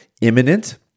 imminent